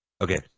Okay